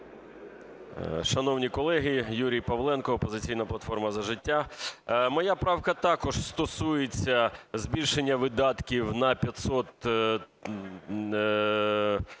Шановні колеги! Юрій Павленко, "Опозиційна платформа – За життя". Моя правка також стосується збільшення видатків на 500